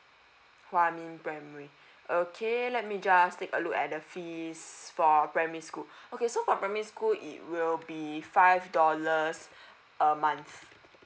huamin primary okay let me just take a look at the fees for primary school okay so for primary school it will be five dollars a month